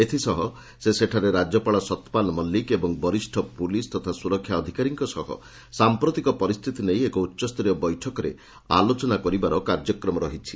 ଏଥିସହ ସେ ସେଠାରେ ରାଜ୍ୟପାଳ ସତ୍ୟପାଲ ମଲିକ ଏବଂ ବରିଷ୍ଣ ପୁଲିସ୍ ତଥା ସୁରକ୍ଷା ଅଧିକାରୀଙ୍କ ସହ ସାଂପ୍ରତିକ ପରିସ୍ଥିତି ନେଇ ଏକ ଉଚ୍ଚସ୍ତରୀୟ ବୈଠକରେ ଆଲୋଚନା କରିବାର କାର୍ଯ୍ୟକ୍ମ ରହିଛି